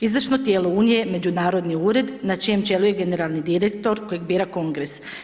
Izvršno tijelo unije, međunarodni ured, na čijem čelu je generalni direktor kojeg bira Kongres.